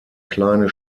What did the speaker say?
kleine